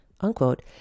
unquote